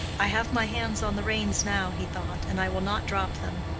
i have my hands on the reins now, he thought, and i will not drop them.